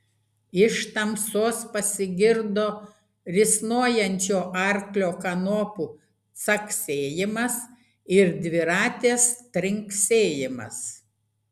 iš tamsos pasigirdo risnojančio arklio kanopų caksėjimas ir dviratės trinksėjimas